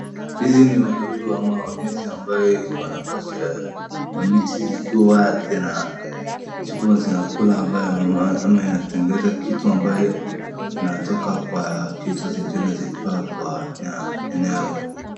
Hizi ni wadudu ama wadudu ambao iko nakwashakwa miti zikiwa tena ziko zinakula ambayo ama inatengeneza kitu ambacho inatoka kwa kitu zingine zikiwa kwa eneo.